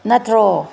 ꯅꯠꯇ꯭ꯔꯣ